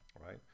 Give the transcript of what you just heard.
right